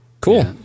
Cool